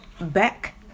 back